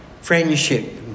Friendship